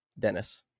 Dennis